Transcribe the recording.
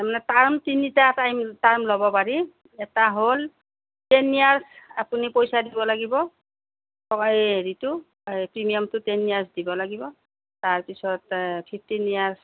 তাৰমানে টাৰ্ম তিনিটা time term ল'ব পাৰি এটা হ'ল টেন ইয়াৰ্ছ আপুনি পইচা দিব লাগিব অঁ এই হেৰিটো প্ৰিমিয়ামটো টেন ইয়াৰ্ছ দিব লাগিব তাৰপিছতে ফিফ্টিন ইয়াৰ্ছ